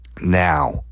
now